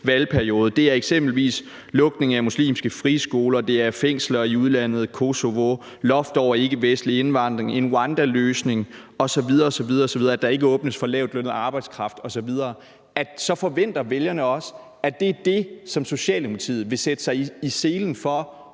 valgperiode, er lukning af muslimske friskoler, det er fængsler i udlandet, i Kosovo, loft over ikkevestlig indvandring, en rwandaløsning, at der ikke åbnes for lavtlønnet arbejdskraft osv. osv., så forventer vælgerne også, at det er det, som Socialdemokratiet vil sætte sig i selen for